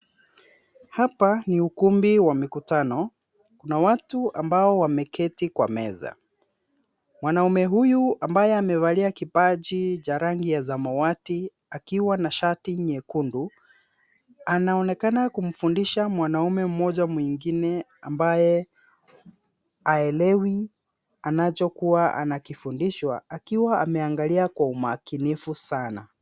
Hapa ni ukumbi wa mikutano. Kuna watu ambao wameketi kwa meza. Mwanaume huyu ambaye amevalia kipaji cha rangi ya samawati akiwa na shati nyekundu anaonekana kumfundisha mwanaume mmoja mwingine ambaye haelewi anachokuwa anakifundishwa akiwa ameangalia kwa umakinifu sana.